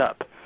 up